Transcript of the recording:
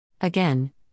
Again